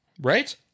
Right